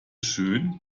schön